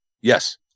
yes